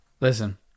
listen